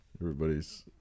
Everybody's